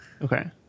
Okay